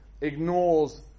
ignores